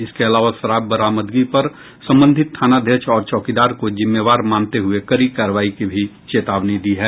इसके अलावा शराब बरामदगी पर संबंधित थानाध्यक्ष और चौकीदार को जिम्मेवार मानते हुये कड़ी कार्रवाई की भी चेतावनी दी है